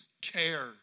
care